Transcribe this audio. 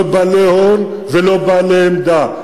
לא בעלי הון ולא בעלי עמדה,